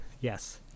yes